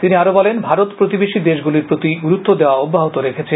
তিনি আরও বলেন ভারত প্রতিবেশী দেশগুলির প্রতি গুরুত্ব দেওয়া অব্যাহত রাখবে